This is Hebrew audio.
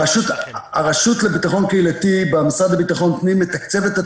הרשות לביטחון קהילתי במשרד לביטחון הפנים מתקצבת את